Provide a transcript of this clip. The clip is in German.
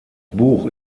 buch